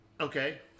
Okay